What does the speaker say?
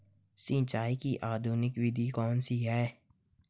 सिंचाई की आधुनिक विधि कौन सी है?